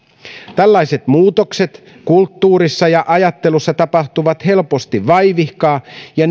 tällaiset muutokset kulttuurissa ja ajattelussa tapahtuvat helposti vaivihkaa ja